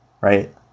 right